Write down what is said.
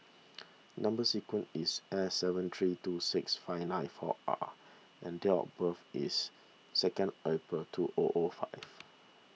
Number Sequence is S seven three two six five nine four R and date of birth is second April two O O five